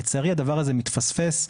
לצערי, הדבר הזה מתפספס.